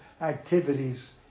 activities